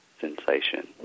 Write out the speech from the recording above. sensation